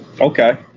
Okay